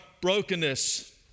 brokenness